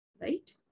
right